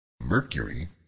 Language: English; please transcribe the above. Mercury